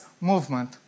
movement